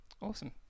Awesome